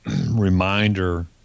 reminder